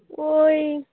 ওই